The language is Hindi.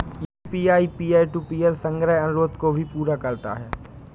यू.पी.आई पीयर टू पीयर संग्रह अनुरोध को भी पूरा करता है